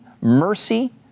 mercy